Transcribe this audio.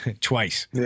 twice